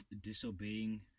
disobeying